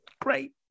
Great